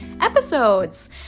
episodes